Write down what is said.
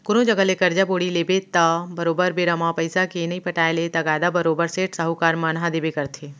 कोनो जघा ले करजा बोड़ी लेबे त बरोबर बेरा म पइसा के नइ पटाय ले तगादा बरोबर सेठ, साहूकार मन ह देबे करथे